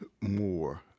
more